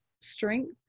strength